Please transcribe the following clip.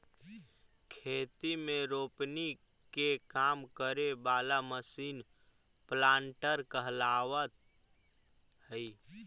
खेती में रोपनी के काम करे वाला मशीन प्लांटर कहलावऽ हई